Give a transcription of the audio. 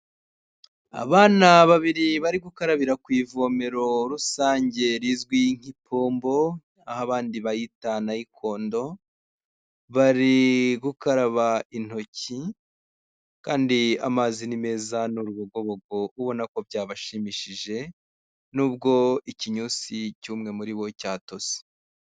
Abana babiri bari gukarabira ku ivomero rusange rizwi nk'ipombo, aho abandi bayita nayikondo, bari gukaraba intoki kandi amazi ni meza ni urubogobogo, ubona ko byabashimishije nubwo ikinyusi cy'umwe muri bo cyatose.